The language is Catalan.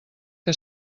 que